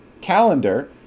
calendar